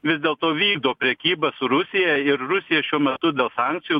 vis dėlto vykdo prekybą su rusija ir rusija šiuo metu dėl sankcijų